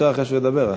ישר אחרי שידבר.